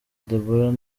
deborah